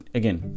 again